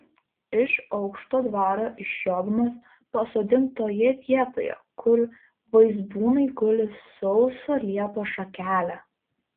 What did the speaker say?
iš aukšto dvaro išjodamas pasodink toje vietoje kur vaizbūnai guli sausą liepos šakelę